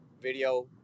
video